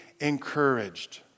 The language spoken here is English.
encouraged